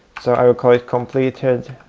so i will call it completed